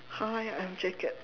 !huh! ya I have jacket